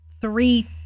three